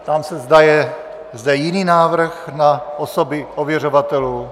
Ptám se, zda je zde jiný návrh na osoby ověřovatelů.